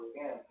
again